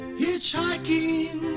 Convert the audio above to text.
hitchhiking